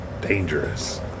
Dangerous